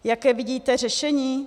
Jaké vidíte řešení?